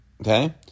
okay